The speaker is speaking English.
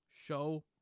show